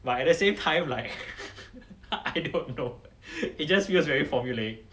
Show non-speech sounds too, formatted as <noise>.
but at the same time like <laughs> I don't know it just feels very formulaic